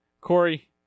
Corey